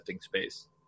space